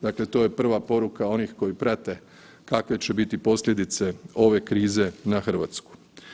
Dakle, to je prva poruka onih koji prate kakve će biti posljedice ove krize na RH.